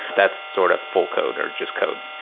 that's sort of full code or just code.